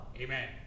Amen